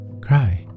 Cry